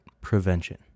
prevention